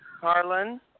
Harlan